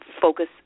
focus